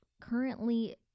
currently